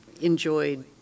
enjoyed